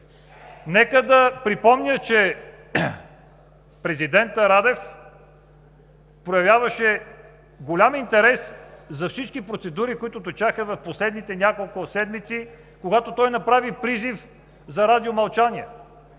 Нека да припомня, че президентът Радев проявяваше голям интерес за всички процедури, които течаха в последните няколко седмици, когато той направи призив за радиомълчание.